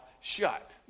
shut